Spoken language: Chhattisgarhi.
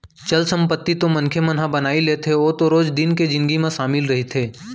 चल संपत्ति तो मनखे मन ह बनाई लेथे ओ तो रोज दिन के जिनगी म सामिल रहिथे